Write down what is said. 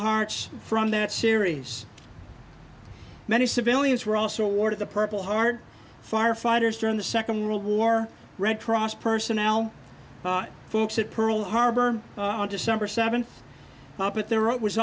hearts from that series many civilians were also awarded the purple heart firefighters during the second world war red cross personnel folks at pearl harbor on december seventh puppet there